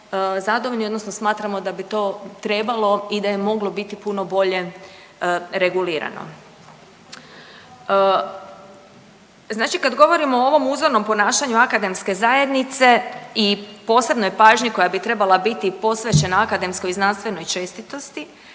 zadovoljni odnosno smatramo da bi to trebalo i da je moglo biti puno bolje regulirano. Znači kad govorimo o ovom uzornom ponašanju akademske zajednice i posebnoj pažnji koja bi trebala biti posvećena akademskoj i znanstvenoj čestitosti